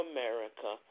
America